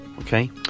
Okay